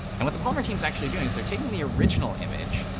and what the polymer team is actually doing is they're taking the original image,